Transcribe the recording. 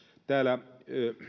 täällä